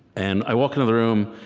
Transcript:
and i walk into the room,